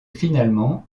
finalement